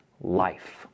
life